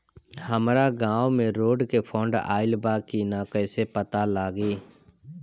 हमरा गांव मे रोड के फन्ड आइल बा कि ना कैसे पता लागि?